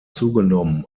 zugenommen